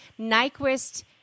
Nyquist